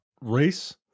race